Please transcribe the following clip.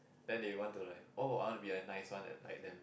then they want to like oh I want to be a nice one like like them